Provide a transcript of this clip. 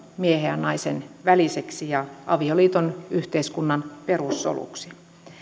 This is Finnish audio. miehen ja naisen väliseksi ja avioliiton yhteiskunnan perussoluksi